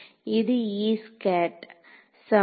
இது சமம்